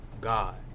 God